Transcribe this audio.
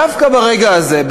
דווקא ברגע הזה,